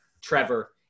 Trevor